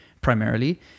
primarily